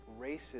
racism